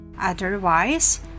Otherwise